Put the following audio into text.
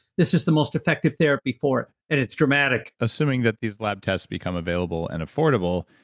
this is the most effective therapy for it and it's dramatic assuming that these lab tests become available and affordable,